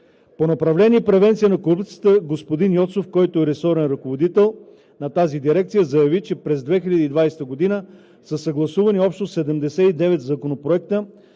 По направление „Превенция на корупцията“ – господин Йоцов, който е ресорен ръководител на тази дирекция, заяви, че през 2020 г. са съгласувани общо 79 законопроекта,